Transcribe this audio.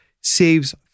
saves